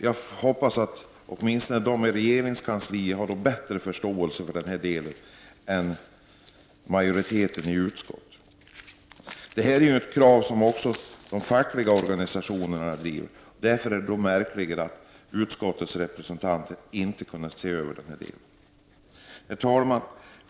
Jag hoppas att man inom regeringskansliet har bättre förståelse för detta än majoriteten i utskottet. Detta är ju ett krav som även de fackliga organisationerna ställer. Därför är det märkligt att utskottets representanter inte har kunnat se över denna fråga. Herr talman!